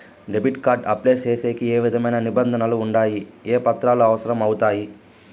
Debit card apply సేసేకి ఏ విధమైన నిబంధనలు ఉండాయి? ఏ పత్రాలు అవసరం అవుతాయి?